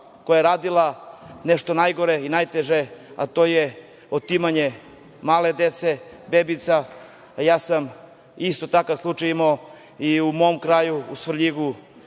koja je radila nešto najgore i najteže, a to je otimanje male dece, bebica. Ja sam isto takav slučaj imao i u mom kraju u Svrljigu.